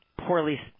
poorly